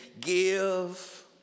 give